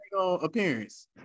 appearance